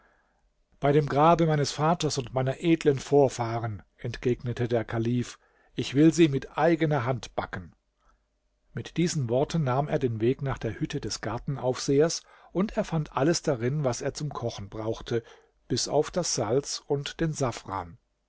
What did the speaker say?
bei dem grabe meines vaters und meiner edlen vorfahren entgegnete der kalif ich will sie mit eigener hand backen mit diesen worten nahm er den weg nach der hütte des gartenaufsehers und er fand alles darin was er zum kochen brauchte bis auf das salz und den safran